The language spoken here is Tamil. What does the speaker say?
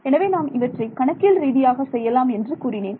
எனவே நாம் இவற்றை கணக்கியல் ரீதியாக செய்யலாம் என்று கூறினேன்